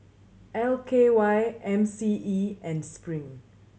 L K Y M C E and Spring